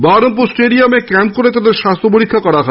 বহরমপুর স্টেডিয়ামে ক্যাম্প করে তাদের স্বাস্হ্য পরীক্ষা করা হয়